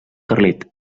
carlit